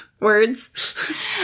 words